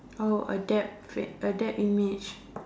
oh a depth a depth image